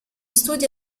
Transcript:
studi